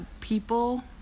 people